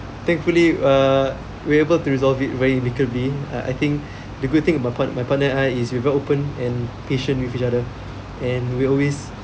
thankfully uh we able to resolve it very amicably err I think the good thing about p~ my partner is we quite open and patient with each other and we always